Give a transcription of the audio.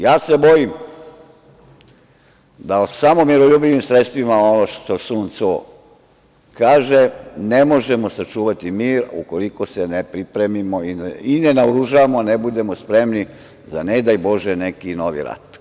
Ja se bojim da samo miroljubivim sredstvima, ono što Sun Cu kaže, ne možemo sačuvati mir ukoliko se ne pripremimo i ne naoružamo, ne budemo spremni za, ne daj bože, neki novi rat.